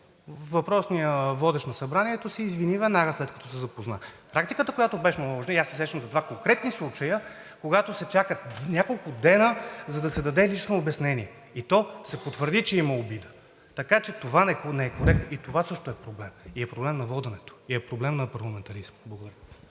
Въпросният водещ на Събранието се извини веднага, след като се запозна. Практиката, която беше наложена, и аз се сещам за два конкретни случая, когато се чака няколко дни, за да се даде лично обяснение, и то се потвърди, че има обида. (Председателят дава сигнал, че времето е изтекло.) И това също е проблем, и е проблем на воденето, и е проблем на парламентаризма. Благодаря.